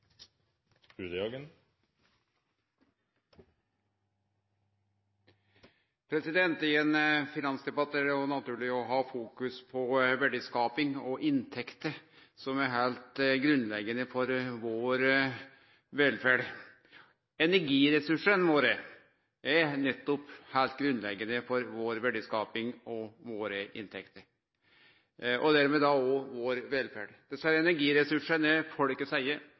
vi? I ein finansdebatt er det òg naturleg å fokusere på verdiskaping og inntekter, som er heilt grunnleggjande for vår velferd. Energiressursane våre er heilt grunnleggjande for vår verdiskaping og våre inntekter – og dermed vår velferd. Desse energiressursane er folkets eige. For å sikre det,